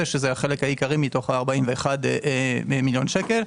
שזה החלק העיקרי מתוך ה-41 מיליון שקל,